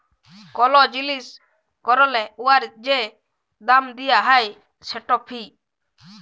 call জিলিস ক্যরলে উয়ার যে দাম দিয়া হ্যয় সেট ফি